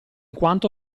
quanto